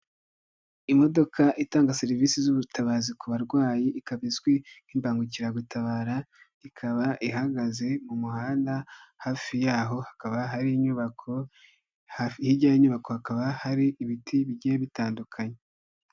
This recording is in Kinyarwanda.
Imodoka itanga serivisi z'ubutabazi ku barwayi, ikaba izwi nk'imbangukiragutabara ikaba ihagaze mu muhanda hafi y'aho hakaba hari inyubako, hirya y'inyubako hakaba hari ibiti bigiye bitandukanye.